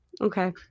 Okay